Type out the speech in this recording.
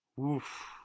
Oof